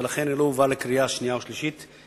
ולכן היא לא הובאה לקריאה שנייה ולקריאה שלישית,